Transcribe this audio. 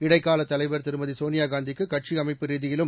இடைக்காலத் தலைவர் திருமதி சோனியா காந்திக்கு கட்சி அமைப்பு ரீதியிலும்